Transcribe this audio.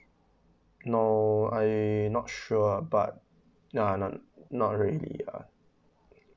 no I not sure uh but nah not really uh